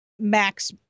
Max